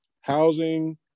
housing